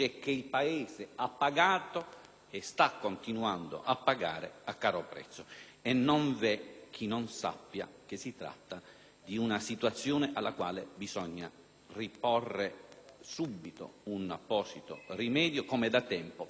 e sta continuando a pagare a caro prezzo. E non v'è chi non sappia che si tratta di una situazione alla quale bisogna porre subito un apposito rimedio, come da tempo peraltro la stessa Consulta